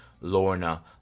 Lorna